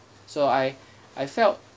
so I I felt